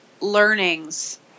learnings